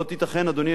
אדוני היושב-ראש,